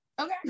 Okay